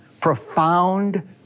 profound